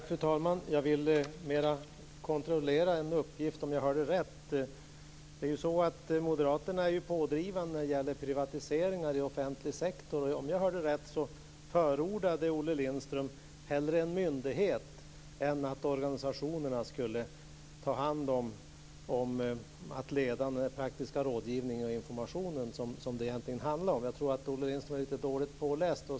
Fru talman! Jag vill mer kontrollera en uppgift, om jag hörde rätt. Det är ju så att Moderaterna är pådrivande när det gäller privatiseringar i offentlig sektor. Om jag hörde rätt förordade Olle Lindström att en myndighet hellre än organisationerna skulle ta hand om att leda den praktiska rådgivningen och informationen, som det egentligen handlar om. Jag tror att Olle Lindström är lite dåligt påläst.